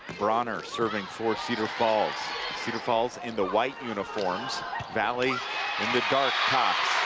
bronner serving for cedar falls cedar falls in the white uniforms valley in the dark but